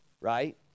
right